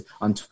On